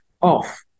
off